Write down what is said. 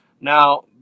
now